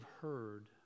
heard